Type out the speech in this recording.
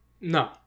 No